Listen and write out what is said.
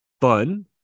fun